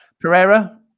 Pereira